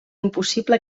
impossible